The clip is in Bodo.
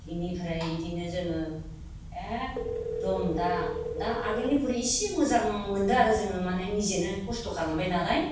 बेनिफ्राय बिदिनो जोङो एकदम दा आगोलनिखुरै इसे मोजां मोन्दोंं आरो जोङो माने निजेनो कस्त' खालामबाय नालाय